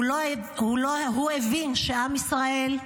הוא הבין שעם ישראל,